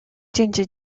ginger